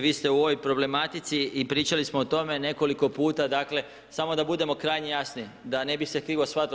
Vi ste u ovoj problematici i pričali smo o tome nekoliko puta, dakle samo da budemo krajnje jasni, da ne bi se krivo shvatilo.